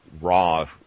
raw